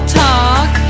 talk